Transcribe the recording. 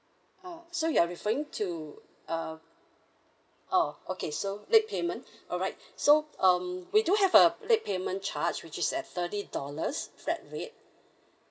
oh so you are referring to uh oh okay so late payment all right so um we do have a late payment charge which is at thirty dollars flat rate